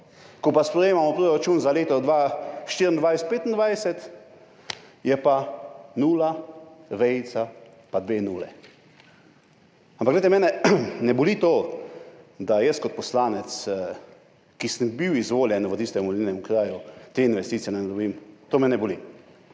ko pa sprejemamo proračun za leti 2024, 2025, je pa nula, vejica pa dve nuli. Ampak glejte, mene ne boli to, da jaz kot poslanec, ki sem bil izvoljen v tistem volilnem okraju, te investicije ne dobim, to me ne boli.